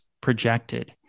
projected